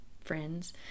friends